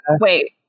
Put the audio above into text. Wait